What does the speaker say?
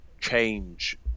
change